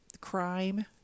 crime